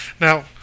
Now